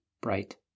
bright